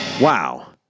Wow